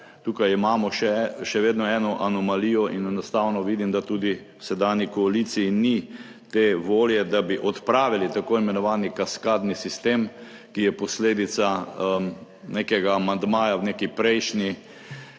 Tukaj imamo še vedno eno anomalijo in enostavno vidim, da tudi sedanji koaliciji ni te volje, da bi odpravili tako imenovani kaskadni sistem, ki je posledica nekega amandmaja v neki prejšnji,